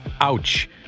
ouch